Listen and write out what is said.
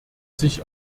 sich